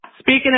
Speaking